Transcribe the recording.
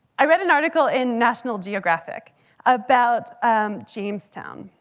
i read an article in national geographic about um jamestown,